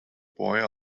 boy